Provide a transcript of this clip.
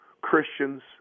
Christians